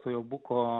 tuojau buko